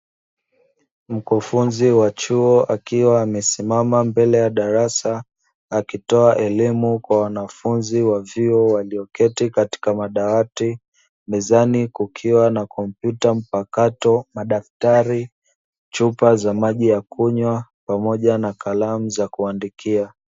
Mkufunzi wa chuo akiwa amesimama mbele ya darasa, akitoa elimu kwa wanafunzi wa vyuo walioketi katika madawati, mezani kukiwa na kompyuta mpakato, madaftari, chupa za maji ya kunywa pamoja na kalamu za kuandikia.